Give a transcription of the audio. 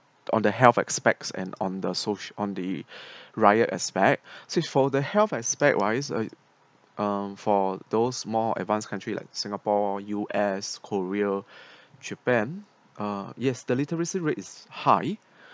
on the health aspects and on the soc~ on the riot aspect so for the health aspect wise uh um for those more advanced country like singapore U_S korea japan uh yes the literacy rate is high